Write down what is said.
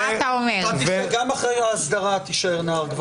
גם אחרי ההסדרה תישאר נער גבעות.